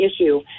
issue